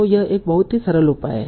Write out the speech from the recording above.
तो यह एक बहुत ही सरल उपाय है